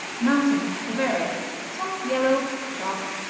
mountain bavaria soft yellow sharp.